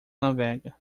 navega